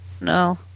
No